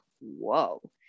whoa